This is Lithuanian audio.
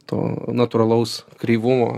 to natūralaus kreivumo